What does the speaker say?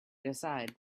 decide